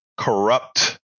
corrupt